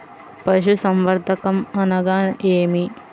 పశుసంవర్ధకం అనగా ఏమి?